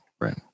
right